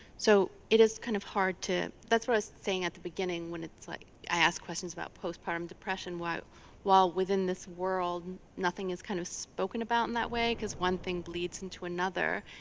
so it is kind of hard to. that's what i was saying at the beginning when like i ask questions about postpartum depression, while while within this world nothing is kind of spoken about in that way, cause one thing bleeds into another.